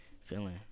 feeling